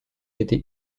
été